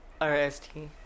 rst